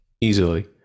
Easily